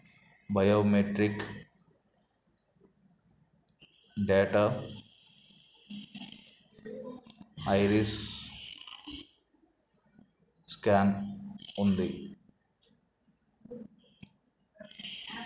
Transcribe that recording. biometric data iris scan ఉంది